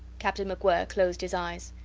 captain macwhirr closed his eyes.